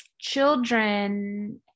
Children